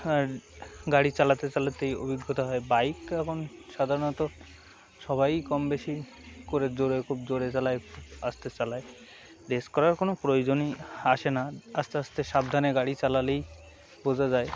আর গাড়ি চালাতে চালাতেই অভিজ্ঞতা হয় বাইক এখন সাধারণত সবাই কম বেশি করে জোরে খুব জোরে চালায় খুব আস্তে চালায় রেস করার কোনো প্রয়োজনই আসে না আস্তে আস্তে সাবধানে গাড়ি চালালেই বোঝা যায়